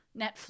netflix